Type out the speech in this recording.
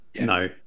No